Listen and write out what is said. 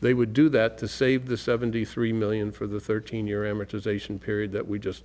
they would do that to save the seventy three million for the thirteen year amortization period that we just